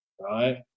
right